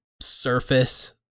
surface